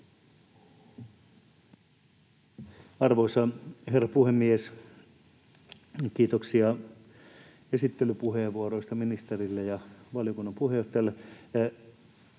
Arvoisa herra puhemies! Kiitoksia esittelypuheenvuoroista ministerille ja valiokunnan puheenjohtajalle.